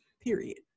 period